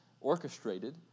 orchestrated